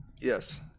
Yes